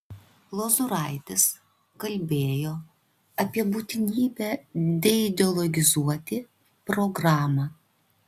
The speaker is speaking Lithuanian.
lozuraitis kalbėjo apie būtinybę deideologizuoti programą